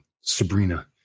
sabrina